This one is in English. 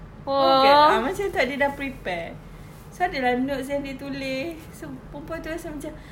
okay macam itu ah dia sudah prepare so ada lah note dia yang dia tulis so perempuan itu rasa macam